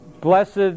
blessed